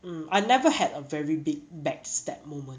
mm I never had a very backstab moment